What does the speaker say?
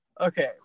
Okay